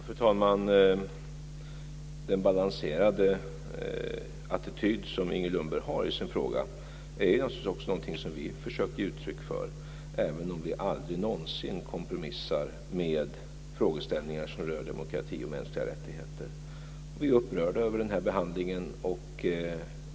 Fru talman! Den balanserade attityd som Inger Lundberg har i sin fråga är naturligtvis också någonting som vi försöker ge uttryck för, även om vi aldrig någonsin kompromissar med frågeställningar som rör demokrati och mänskliga rättigheter. Vi är upprörda över den här behandlingen.